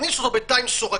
להכניס אותו בתא עם סורגים,